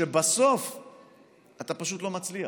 ובסוף אתה פשוט לא מצליח.